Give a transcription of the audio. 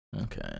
Okay